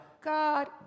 God